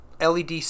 LED